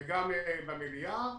וגם במליאה,